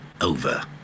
over